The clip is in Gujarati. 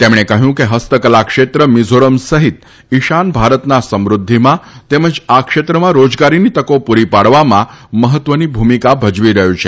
તેમણે કહ્યું કે હસ્તકલા ક્ષેત્ર મિઝોરમ સહિત ઇશાન ભારતના સમૃદ્ધિમાં તેમજ આ ક્ષેત્રમાં રોજગારીની તકો પૂરી પાડવામાં મહત્વની ભૂમિકા ભજવી રહ્યું છે